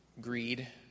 greed